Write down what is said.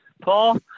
paul